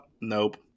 nope